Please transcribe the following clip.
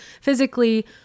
physically